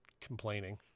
complaining